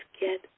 get